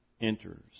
enters